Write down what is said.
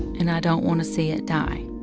and i don't want to see it die.